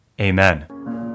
Amen